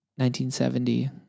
1970